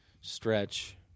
stretch